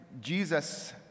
Jesus